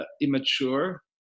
immature